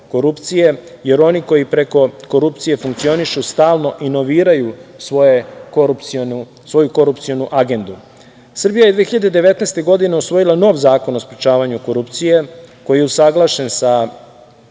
jer oni koji preko korupcije funkcionišu, stalno inoviraju svoju korupcionu agendu. Srbija je 2019. godine usvojila nov Zakon o sprečavanju korupcije koji je usaglašen sa